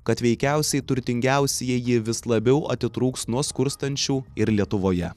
kad veikiausiai turtingiausieji vis labiau atitrūks nuo skurstančių ir lietuvoje